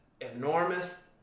enormous